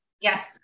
Yes